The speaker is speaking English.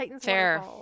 fair